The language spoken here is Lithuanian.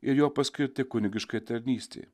ir jo paskirti kunigiškai tarnystei